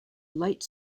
light